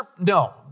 No